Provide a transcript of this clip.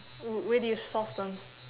where do you source them